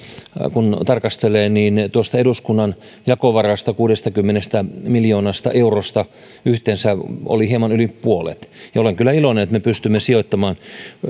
kun tarkastelee tuosta eduskunnan jakovarasta kuudestakymmenestä miljoonasta eurosta yhteensä oli hieman yli puolet olen kyllä iloinen että me pystymme sijoittamaan